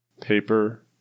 Paper